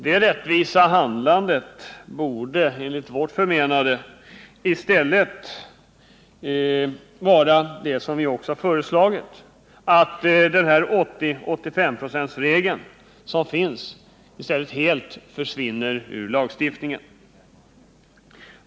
Det rättvisa handlandet borde enligt vårt förmenande i stället vara det som vi också har föreslagit, nämligen att 80/85-procentsregeln som finns helt försvinner i lagstiftningen.